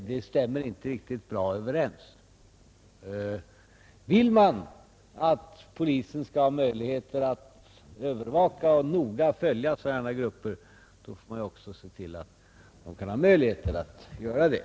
Det stämmer inte riktigt bra överens. Vill man att polisen skall övervaka och noga följa sådana här grupper, måste man också se till att den får möjligheter att göra det.